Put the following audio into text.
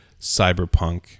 Cyberpunk